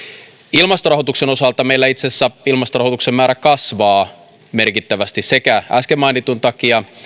ilmastorahoituksen osalta meillä itse asiassa ilmastorahoituksen määrä kasvaa merkittävästi sekä äsken mainitun takia